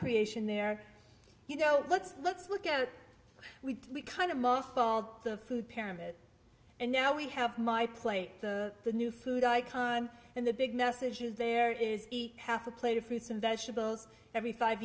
creation there you know let's let's look at we we kind of muffled the food pyramid and now we have my plate the new food icon and the big message is there is half a plate of fruits and vegetables every five